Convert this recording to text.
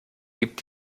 gibt